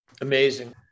Amazing